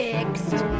Fixed